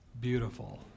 Beautiful